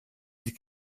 die